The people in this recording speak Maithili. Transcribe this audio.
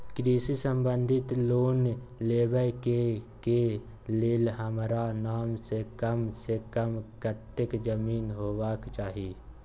कृषि संबंधी लोन लेबै के के लेल हमरा नाम से कम से कम कत्ते जमीन होबाक चाही?